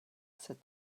said